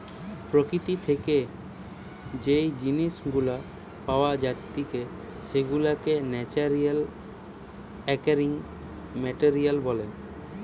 প্রকৃতি থেকে যেই জিনিস গুলা পাওয়া জাতিকে সেগুলাকে ন্যাচারালি অকারিং মেটেরিয়াল বলে